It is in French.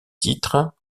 titres